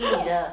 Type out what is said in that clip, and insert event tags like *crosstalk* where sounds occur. *laughs*